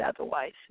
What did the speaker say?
otherwise